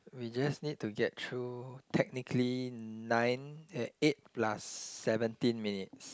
we just need to get through technically nine and eight plus seventeen minutes